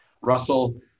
Russell